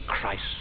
Christ